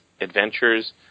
adventures